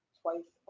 twice